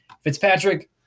Fitzpatrick